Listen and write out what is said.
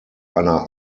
einer